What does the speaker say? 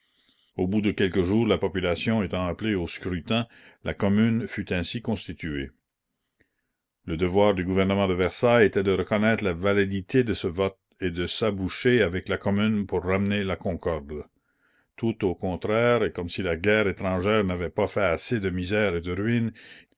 au bout de quelques jours la population étant appelée au scrutin la commune fut ainsi constituée le devoir du gouvernement de versailles était de reconnaître la validité de ce vote et de s'aboucher avec la commune pour ramener la concorde tout au contraire et comme si la guerre étrangère n'avait pas la commune fait assez de misères et de ruines